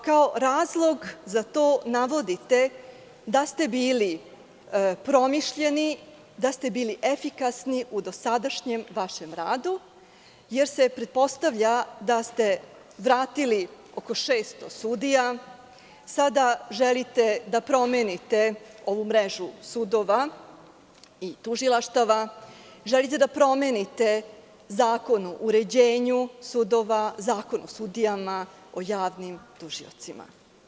Kao razlog za to navodite da ste bili promišljeni, da ste bili efikasni u dosadašnjem vašem radu, jer se pretpostavlja da ste vratili oko 600 sudija, sada želite da promenite ovu mrežu sudova i tužilaštava, želite da promenite Zakon o uređenju sudova, Zakon o sudijama, Zakon o javnim tužiocima.